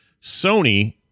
Sony